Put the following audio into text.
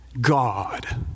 God